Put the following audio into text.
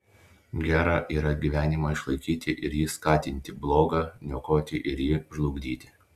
gera yra gyvenimą išlaikyti ir jį skatinti bloga niokoti ir jį žlugdyti